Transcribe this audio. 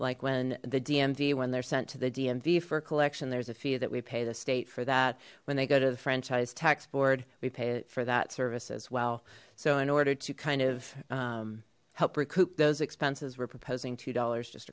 like when the dmv when they're sent to the dmv for collection there's a few that we pay the state for that when they go to the franchise tax board we pay it for that services so in order to kind of help recoup those expenses we're proposing two dollars just